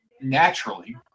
naturally